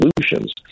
solutions